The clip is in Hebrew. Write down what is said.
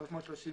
בסדר.